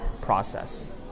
process